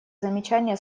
замечания